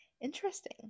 interesting